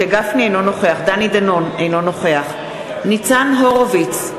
אינו נוכח דני דנון, אינו נוכח ניצן הורוביץ,